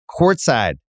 courtside